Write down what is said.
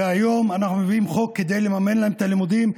והיום אנחנו מביאים חוק כדי לממן להם את הלימודים.